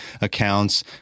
accounts